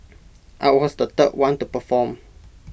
I was the third one to perform